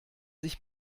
sich